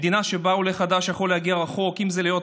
מדינה שבה עולה חדש יכול להגיע רחוק, אם זה להיות